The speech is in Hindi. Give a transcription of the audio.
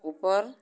ऊपर